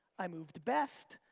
i moved the best,